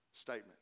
statement